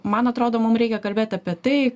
man atrodo mum reikia kalbėt apie tai